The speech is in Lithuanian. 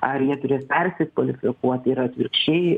ar jie turės persikvalifikuoti ir atvirkščiai